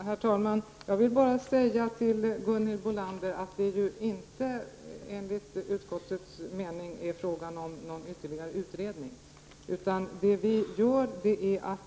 Herr talman! Jag vill bara säga till Gunhild Bolander att det ju inte enligt utskottets mening är fråga om någon ytterligare utredning.